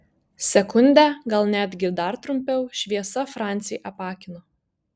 sekundę gal netgi dar trumpiau šviesa francį apakino